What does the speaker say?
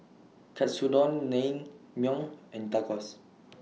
Katsudon Naengmyeon and Tacos